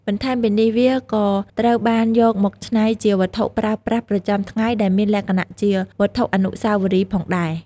បន្ថែមពីនេះ វាក៏ត្រូវបានយកមកឆ្នៃជាវត្ថុប្រើប្រាស់ប្រចាំថ្ងៃដែលមានលក្ខណៈជាវត្ថុអនុស្សាវរីយ៍ផងដែរ។